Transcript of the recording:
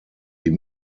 die